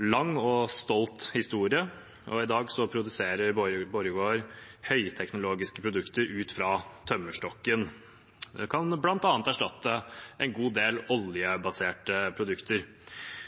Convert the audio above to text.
en lang og stolt historie. I dag produserer Borregaard høyteknologiske produkter ut fra tømmerstokken. Det kan bl.a. erstatte en god del oljebaserte produkter.